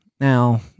now